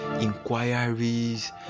inquiries